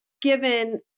given